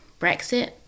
Brexit